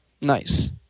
Nice